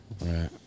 right